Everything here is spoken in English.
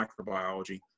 microbiology